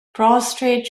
prostrate